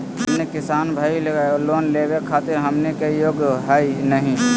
हमनी किसान भईल, लोन लेवे खातीर हमनी के योग्य हई नहीं?